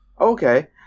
Okay